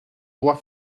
droit